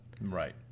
Right